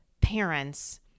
parents